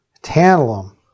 tantalum